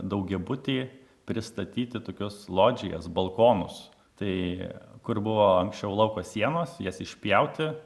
daugiabutį pristatyti tokias lodžijas balkonus tai kur buvo anksčiau lauko sienos jas išpjauti